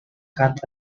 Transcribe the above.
cut